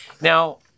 Now